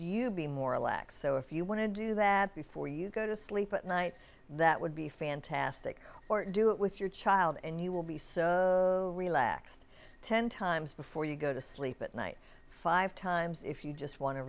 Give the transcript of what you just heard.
you be more relaxed so if you want to do that before you go to sleep at night that would be fantastic or do it with your child and you will be so relaxed ten times before you go to sleep at night five times if you just want to